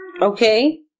Okay